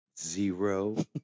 Zero